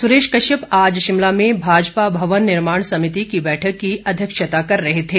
सुरेश कश्यप आज शिमला में भाजपा भवन निर्माण समिति की बैठक की अध्यक्षता कर रहे थे